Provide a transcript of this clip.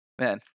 man